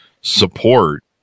support